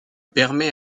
permet